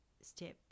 step